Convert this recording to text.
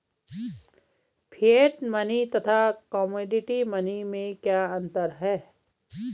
Fiat money तथा commodity money में क्या अंतर है?